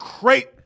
great